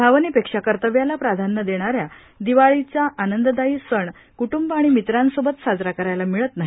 भावनेपेक्षा कर्तव्याला प्राधान्य देणाऱ्या दिवाळीचा आनंददायी सण क्ट्ंब व मित्रांसोबत साजरा करायला मिळत नाही